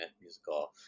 musical